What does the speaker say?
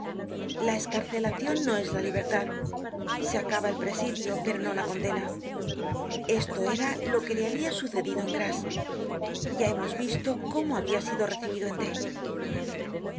la escarcelacion no es la libertad se acaba el presidio pero no la condena esto era lo que le habia sucedido en grasse ya hemos visto cómo habia sido recibido en d